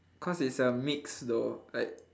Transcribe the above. cause it's a mix though like